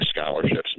scholarships